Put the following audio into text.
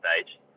stage